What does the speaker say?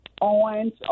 Owens